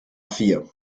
fear